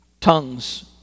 tongues